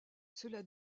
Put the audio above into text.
cela